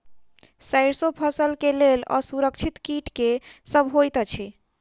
सैरसो फसल केँ लेल असुरक्षित कीट केँ सब होइत अछि?